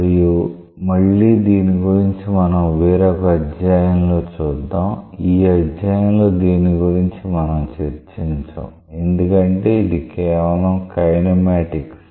మరియు మళ్లీ దీని గురించి మనం వేరొక అధ్యాయంలో లో చూద్దాం ఈ అధ్యాయంలో దీని గురించి మనం చర్చించం ఎందుకంటే ఇది కేవలం కైనమాటిక్స్